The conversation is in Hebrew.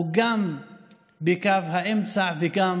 הוא גם בקו האמצע וגם,